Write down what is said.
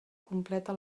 completa